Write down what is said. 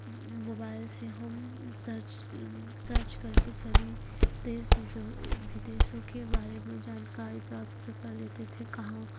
mobile से हम search search करके सभी देश विदेशों के बारे में जानकारी प्राप्त कर लेते थे कहाँ